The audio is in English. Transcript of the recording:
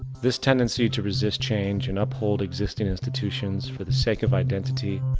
this tendency to resist change and uphold existing institutions for the sake of identity,